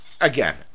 again